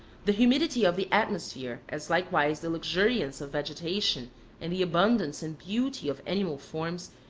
the humidity of the atmosphere, as likewise the luxuriance of vegetation and the abundance and beauty of animal forms,